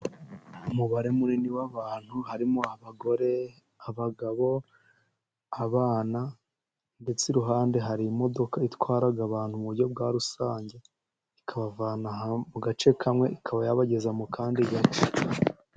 Umubare munini w'abantu harimo abagore, abagabo, abana, ndetse iruhande hari imodoka itwara abantu mu buryo bwa rusange, ikabavana mu gace kamwe ikaba yabageza mu kandi gace.